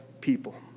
people